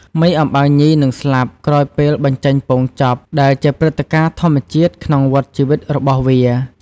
មេអំបៅញីនឹងស្លាប់ក្រោយពេលបញ្ចេញពងចប់ ដែលជាព្រឹត្តិការណ៍ធម្មជាតិក្នុងវដ្តជីវិតរបស់វា។